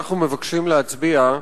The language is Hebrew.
אנחנו עוברים להצבעה